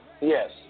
yes